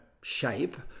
shape